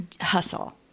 hustle